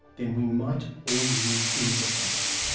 then we might all live indefinitely.